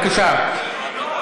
זה מה